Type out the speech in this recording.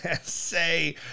say